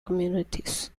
communities